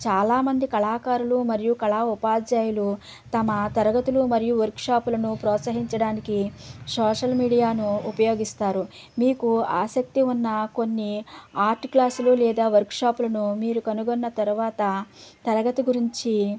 చాలామంది కళాకారులు మరియు కళా ఉపాధ్యాయులు తమ తరగతులు మరియు వర్క్షాపులను ప్రోత్సహించడానికి సోషల్ మీడియాను ఉపయోగిస్తారు మీకు ఆసక్తి ఉన్న కొన్ని ఆర్ట్ క్లాసులు లేదా వర్క్షాప్లను మీరు కనుగొన్న తర్వాత తరగతి గురించి